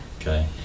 okay